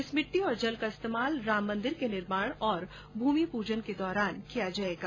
इस मिट्टी और जल का इस्तेमाल राम मंदिर के निर्माण और भूमि पूजन के दौरान किया जाएगा